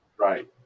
Right